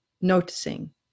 noticing